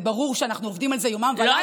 זה ברור שאנחנו עובדים על זה יומם וליל כדי,